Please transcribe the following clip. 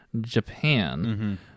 Japan